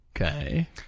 Okay